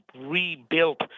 rebuilt